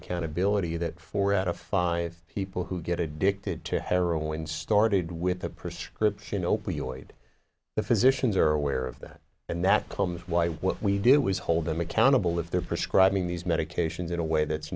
accountability that four out of five people who get addicted to heroin started with the prescription opioid the physicians are aware of that and that becomes why what we did was hold them accountable if they're prescribing these medications in a way that's